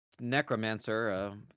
necromancer